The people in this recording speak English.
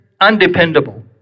Undependable